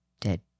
dead